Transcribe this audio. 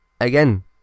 Again